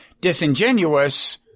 disingenuous